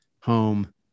home